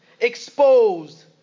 exposed